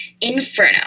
Inferno